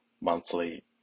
monthly